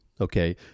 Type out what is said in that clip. Okay